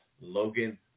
Logan